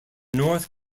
north